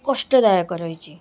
କଷ୍ଟଦାୟକ ରହିଛି